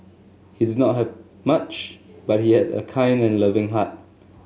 he did not have much but he had a kind and loving heart